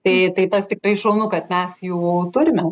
tai tai tas tikrai šaunu kad mes jų turime